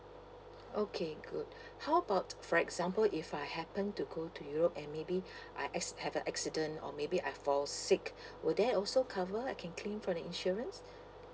okay good how about for example if I happen to go to europe and maybe I acc~ have a accident or maybe I fall sick will that also cover I can claim for the insurance